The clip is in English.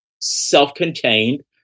self-contained